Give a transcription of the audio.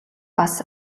бас